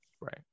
right